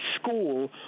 school